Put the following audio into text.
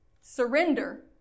Surrender